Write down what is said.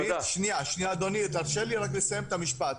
שנייה, אדוני, תרשה לי רק לסיים את המשפט.